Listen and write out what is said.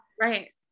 Right